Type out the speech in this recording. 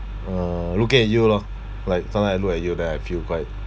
uh look at you lor like sometime I look at you then I feel quite